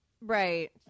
Right